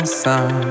sun